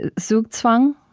and zugzwang?